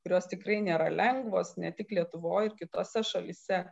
kurios tikrai nėra lengvos ne tik lietuvoj ir kitose šalyse